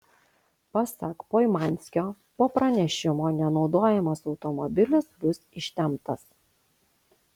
pasak poimanskio po pranešimo nenaudojamas automobilis bus ištemptas